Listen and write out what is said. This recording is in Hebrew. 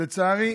לצערי,